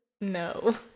no